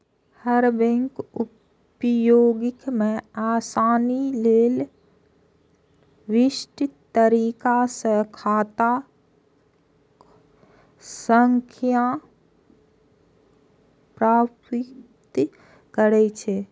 हर bank उपयोग मे आसानी लेल विशिष्ट तरीका सं खाता संख्या प्रारूपित करै छै